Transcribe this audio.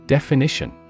Definition